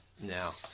now